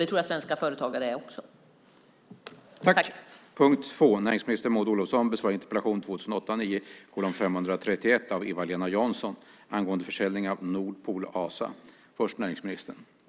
Det tror jag att svenska företagare också är.